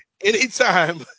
anytime